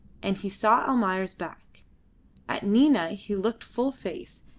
and he saw almayer's back at nina he looked full face,